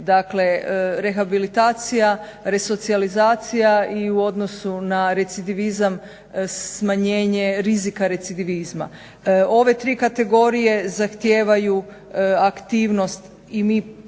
Dakle, rehabilitacija, resocijalizacija i u odnosu na recidivizam smanjenje rizika recidivizma. Ove tri kategorije zahtijevaju aktivnost i mi